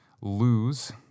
lose